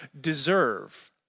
deserve